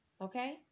okay